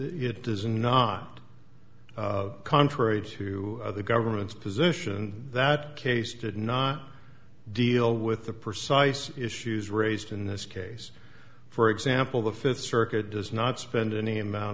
it does not contrary to the government's position that case did not deal with the personifies issues raised in this case for example the fifth circuit does not spend any amount